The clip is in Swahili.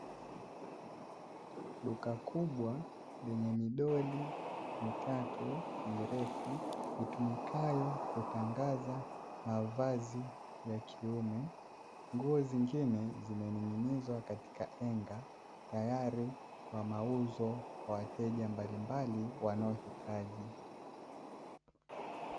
Duka kubwa lenye midoli mitatu mirefu itumikayo kutangaza mavazi ya kiume, nguo zingine zimening'inizwa katika henga tayari kwa mauzo kwa wateja mbalimbali wanaohitaji.